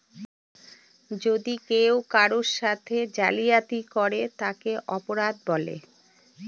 যদি কেউ কারোর সাথে জালিয়াতি করে তাকে অপরাধ বলে